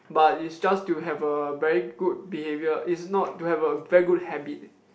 but is just to have a very good behaviour is not to have a very good habit